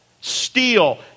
Steal